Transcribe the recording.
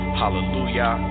hallelujah